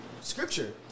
Scripture